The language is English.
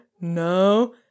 no